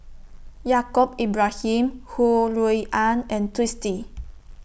Yaacob Ibrahim Ho Rui An and Twisstii